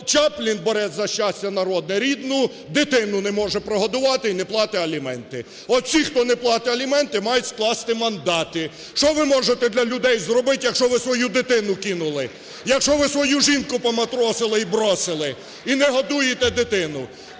Чаплін – борець за щастя народне, рідну дитину не може прогодувати і не платить аліменти. От ці, хто не платить аліменти, мають скласти мандати, що ви можете для людей зробить, якщо ви свою дитину кинули ? Якщо ви свою жінку "поматросили і бросили" і не годуєте дитину?